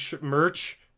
merch